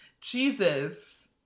Jesus